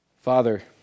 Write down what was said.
Father